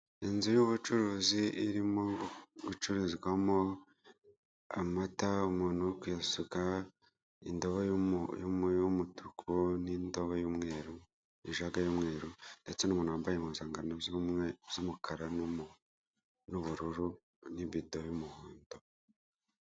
Inzu y'ubucuruzi irimo gucurizwamo amata umuntu uri kuyasuka indobo y'umutuku n'indobo y'umweru ijage y'umweru ndetse n'umuntu wambaye impuzangano z'umukara n'ubururu n'ibido y'umuhondo.